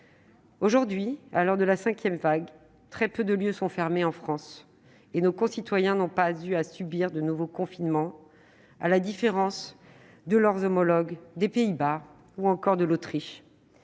Aujourd'hui, à l'heure de la cinquième vague, très peu de lieux sont fermés en France et nos concitoyens n'ont pas eu à subir de nouveaux confinements, à la différence des citoyens des Pays-Bas ou encore de l'Autriche.